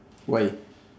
why